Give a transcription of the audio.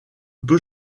peu